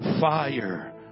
Fire